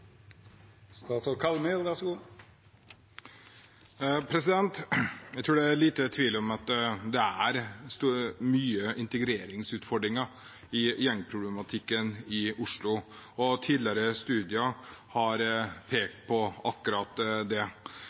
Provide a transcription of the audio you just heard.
tvil om at det er mange integreringsutfordringer knyttet til gjengproblematikken i Oslo. Tidligere studier har pekt på akkurat det.